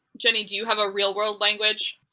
jenny, do you have a real-world language?